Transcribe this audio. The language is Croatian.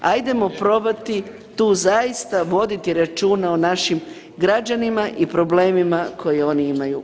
Hajdemo probati tu zaista voditi računa o našim građanima i problemima koje oni imaju.